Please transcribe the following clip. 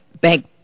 bank